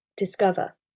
discover